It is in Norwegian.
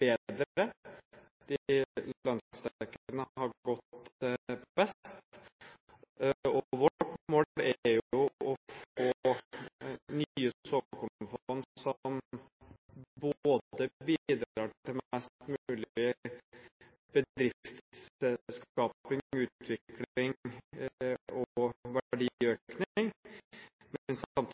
best. Vårt mål er jo å få nye såkornfond som bidrar til mest mulig bedriftsskaping, utvikling og verdiøkning, og som samtidig går på en